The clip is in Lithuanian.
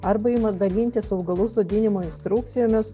arba ima dalintis augalų sodinimo instrukcijomis